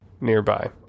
nearby